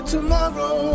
Tomorrow